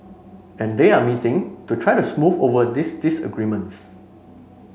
and they are meeting to try to smooth over these disagreements